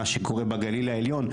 מה שקורה בגליל העליון,